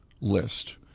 list